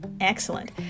Excellent